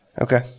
Okay